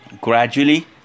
Gradually